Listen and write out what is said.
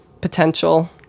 potential